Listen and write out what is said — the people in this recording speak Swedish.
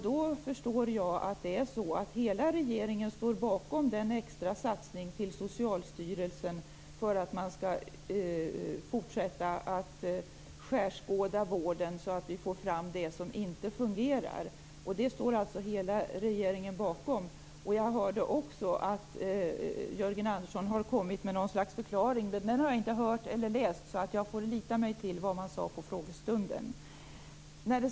Då förstår jag att hela regeringen står bakom den extra satsningen till Socialstyrelsen för att man skall fortsätta att skärskåda vården så att vi får fram det som inte fungerar. Det står alltså hela regeringen bakom. Jag hörde också att Jörgen Andersson har kommit med något slags förklaring, men den har jag inte hört eller läst. Jag får lita på vad man sade på frågestunden.